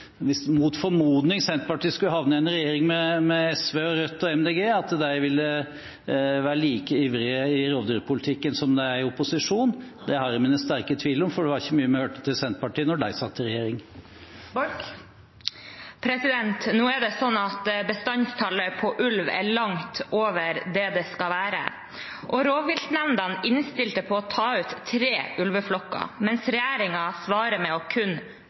hvis de mot formodning skulle havne i en regjering med SV, Rødt og Miljøpartiet De Grønne, ville være like ivrige i rovdyrpolitikken som de er i opposisjon. Det har jeg mine sterke tvil om, for det var ikke mye vi hørte til Senterpartiet da de satt i regjering. Nå er det sånn at bestandstallet på ulv er langt over det det skal være. Rovviltnemndene innstilte på å ta ut tre ulveflokker, mens regjeringen svarer med kun å